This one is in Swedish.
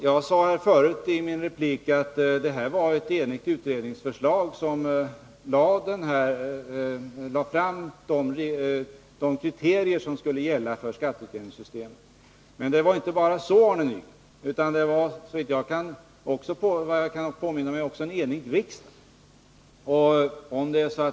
Jag sade tidigare att ett enigt utredningsförslag lade fram de kriterier som skulle gälla för skatteutjämningssystemet. Men det var inte bara så, Arne Nygren; såvitt jag kan påminna mig var det också en enig riksdag som fattade beslutet.